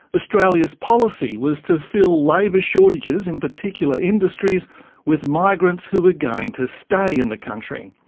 australia's policy was to fill labour shortages in particular industries with migrants who were going to stay in the country.